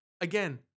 again